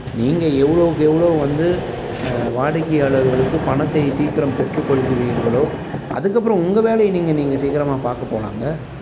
நீங்கள் எவ்வளோவுக்கு எவ்வளோ வந்து வாடிக்கையாளர்களுக்கு பணத்தை சீக்கிரம் பெற்றுக்கொள்கிறீர்களோ அதுக்கப்புறோம் உங்கள் வேலையை நீங்கள் நீங்கள் சீக்கிரமாக பார்க்க போலாங்க